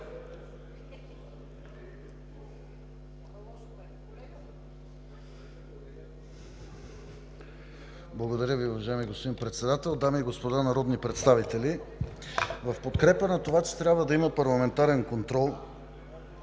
Благодаря Ви, уважаеми господин Председател. Дами и господа народни представители! В подкрепа на това, че трябва да има парламентарен контрол,